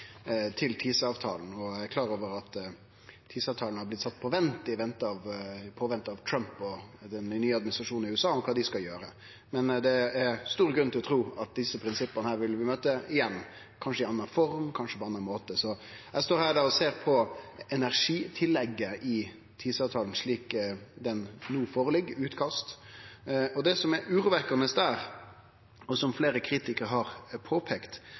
til TISA-avtala, og eg er klar over at TISA-avtala har blitt sett på vent i påvente av Trump og den nye administrasjonen i USA og kva dei skal gjere, men det er stor grunn til å tru at vi vil møte desse prinsippa igjen, men kanskje i ei anna form eller på ein annan måte. Eg står her og ser på energitillegget i TISA-avtala, slik det no ligg føre, som eit utkast, og det som er urovekkjande der, og som fleire kritikarar har påpeikt,